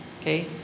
Okay